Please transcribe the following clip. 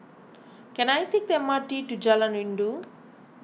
can I take the M R T to Jalan Rindu